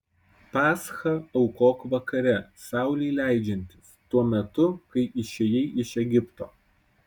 paschą aukok vakare saulei leidžiantis tuo metu kai išėjai iš egipto